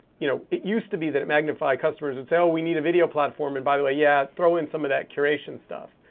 you know it used to be that magnify customers would say, oh, we need a video platform. and by the way, yeah, throw in some of that curation stuff.